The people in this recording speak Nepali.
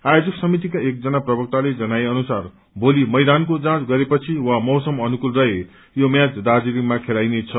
आयोजक समितिका एक जना प्रवक्तले जना अनुसार भोली मैदानको जाँच गरेपछि वा मौसम अनुकूल रहे यो म्याच दार्जीलिङमा चखेलाइने छ